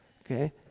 Okay